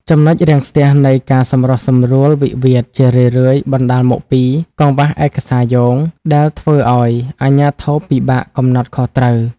ចំណុចរាំងស្ទះនៃការសម្រុះសម្រួលវិវាទ ជារឿយៗបណ្តាលមកពី "កង្វះឯកសារយោង" ដែលធ្វើឱ្យអាជ្ញាធរពិបាកកំណត់ខុសត្រូវ។